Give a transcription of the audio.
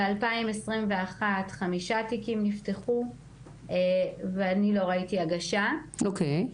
ב-2021 חמישה תיקים נפתחו ואני לא ראיתי הגשה --- אוקי.